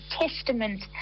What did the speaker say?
testament